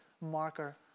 marker